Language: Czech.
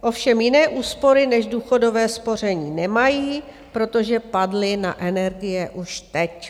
Ovšem jiné úspory než důchodové spoření nemají, protože padly na energie už teď.